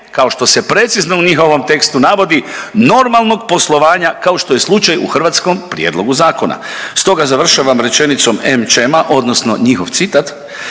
kao što se precizno u njihovom tekstu navodi normalnog poslovanja kao što je slučaj u hrvatskom Prijedlogu zakona. Stoga završavam rečenicom Amcham-a… odnosno njihov citat: